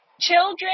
Children